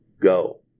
go